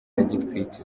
agitwite